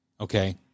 okay